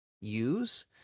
use